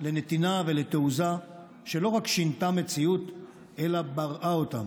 לנתינה ולתעוזה שלא רק שינתה מציאות אלא בראה אותה,